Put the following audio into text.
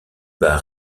bas